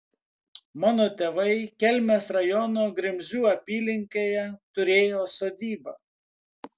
mano tėvai kelmės rajono grimzių apylinkėje turėjo sodybą